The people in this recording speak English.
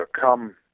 come